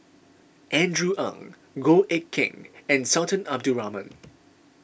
Andrew Ang Goh Eck Kheng and Sultan Abdul Rahman